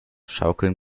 schaukeln